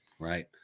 right